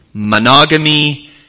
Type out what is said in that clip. Monogamy